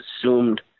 assumed